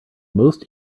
most